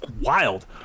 wild